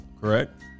correct